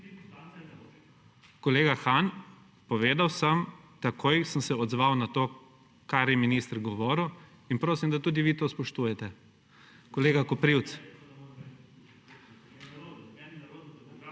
Kolega Han, povedal sem, takoj sem se odzval na to, kar je minister govoril. In prosim, da tudi vi to spoštujete. Kolega Koprivc